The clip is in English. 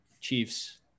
Chiefs